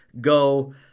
go